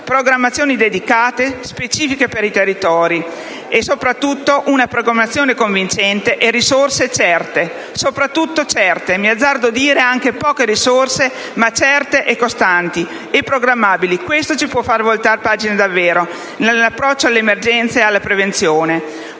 programmazioni dedicate, specifiche per i territori. Occorrono una programmazione convincente e risorse certe, soprattutto certe: mi azzardo a dire anche poche risorse ma certe, costanti e programmabili. Questo ci può far voltar pagina davvero nell'approccio passando dall'emergenza alla prevenzione.